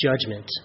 judgment